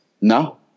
No